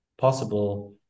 possible